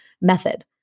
method